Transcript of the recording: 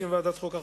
בשם ועדת החוקה,